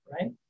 right